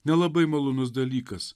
nelabai malonus dalykas